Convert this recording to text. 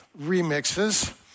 remixes